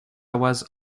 was